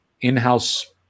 in-house